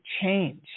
change